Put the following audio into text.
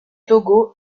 togo